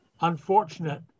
unfortunate